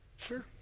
sure!